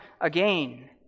again